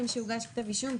האם כשהוגש כתב אישום?